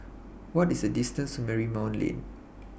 What IS The distance to Marymount Lane